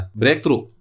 breakthrough